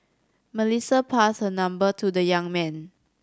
Melissa passed her number to the young man